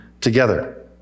together